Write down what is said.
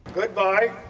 goodbye.